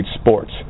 Sports